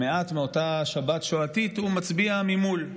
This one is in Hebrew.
מעט מאותה שבת שואתית, הוא מצביע ממול.